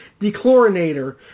dechlorinator